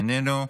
איננו.